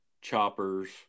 choppers